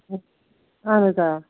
اَہَن حظ آ